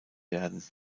werden